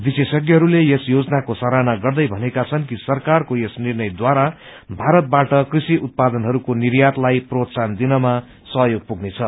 विशेषज्ञहरूले यस योजनाको सराहना गर्दै भनेका छन् कि सरकारको यस निर्णयद्वारा भारतबाट कृषि उत्पादहरूको निर्यातलाई प्रोत्साहन दिनमा सहयोग पुग्नेछ